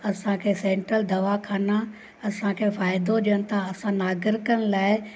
असांखे सेंट्रल दवाख़ाना असांखे फ़ाइदो ॾियनि था असां नागरिकनि लाइ